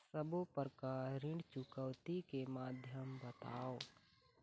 सब्बो प्रकार ऋण चुकौती के माध्यम बताव?